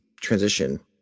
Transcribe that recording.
transition